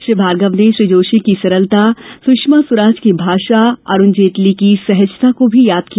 श्री भार्गव ने श्री जोशी की सरलता सुषमा स्वराज की भाषा और अरूण जेटली की सहजता को भी याद किया